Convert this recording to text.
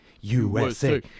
USA